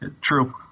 True